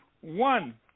one